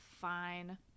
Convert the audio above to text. Fine